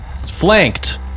flanked